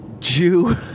jew